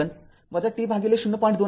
२ second t ०